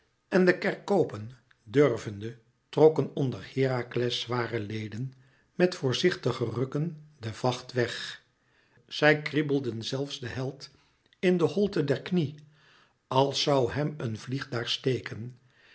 en de kerkopen durvende trokken onder herakles zware leden met voorzichtige rukken den vacht weg zij kriebelden zelfs den held in de holte der knie als zoû hem een vlieg daar steken